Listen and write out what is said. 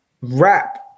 rap